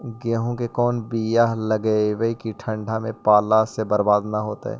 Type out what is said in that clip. गेहूं के कोन बियाह लगइयै कि ठंडा में पाला से बरबाद न होतै?